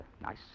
Nice